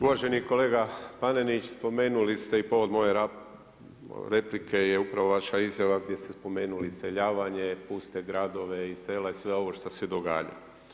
Uvaženi kolega Panenić, spomenuli ste i povod moje replike je upravo vaša izjava gdje ste spomenuli iseljavanje, puste gradove i sela i sve ovo što se događa.